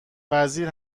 وزیر